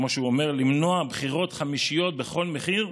כמו שהוא אומר, למנוע בחירות חמישיות בכל מחיר,